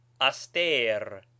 aster